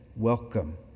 welcome